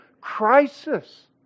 crisis